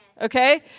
Okay